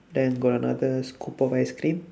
then got another scoop of ice cream